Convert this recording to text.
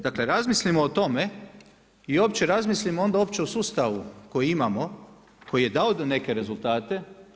Dakle, razmislimo o tome i uopće razmislimo onda uopće o sustavu koji imamo koji je dao neke rezultate.